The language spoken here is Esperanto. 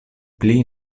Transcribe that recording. pli